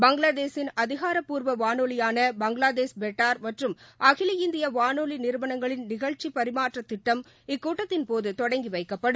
பங்ளாதேஷின் அதிகாரப்பூர்வவானொலியான பங்ளாதேஷ் பேட்டார் மற்றும் அகில இந்தியவானொலிநிறுவனங்களின் நிகழ்ச்சிபரிமாற்றத் திட்டம் இக்கூட்டத்தின்போதுதொடங்கிவைக்கப்படும்